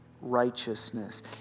righteousness